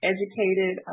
Educated